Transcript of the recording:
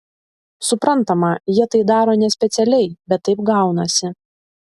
suprantama jie tai daro nespecialiai bet taip gaunasi